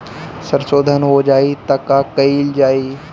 सरसो धन हो जाई त का कयील जाई?